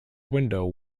window